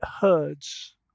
herds